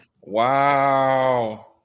Wow